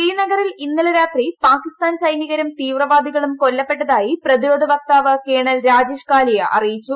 ശ്രീനഗറിൽ ഇന്നലെ രാത്രി പാകിസ്ഥാൻ സൈനികരും തീവ്രവാദികളും കൊല്ലപ്പെട്ടതായി പ്രതിരോധ വക്താവ് കേണൽ രാജേഷ് കാലിയ അറിയിച്ചു